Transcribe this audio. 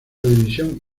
división